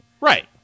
Right